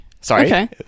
Sorry